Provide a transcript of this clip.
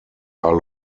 are